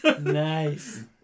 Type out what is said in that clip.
Nice